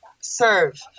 serve